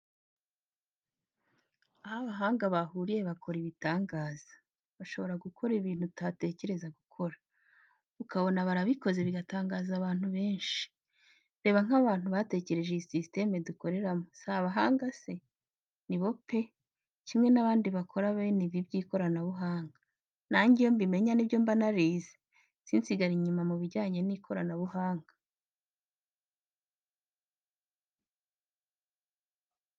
Aho abahanga bahuriye bakora ibitangaza, bashobora gukora ibintu utatekerezaga gukora, ukabona barabikoze bigatangaza abantu benshi. Reba nk'abantu batekereje iyi sisiteme dukoreramo si abahanga se? Ni bo pe! Kimwe n'abandi bakora bene ibi by'ikoranabuhanga nanjye iyo mbimenya ni byo mba narize, sinsigare inyuma mu bijyanye n'ikoranabuhanga.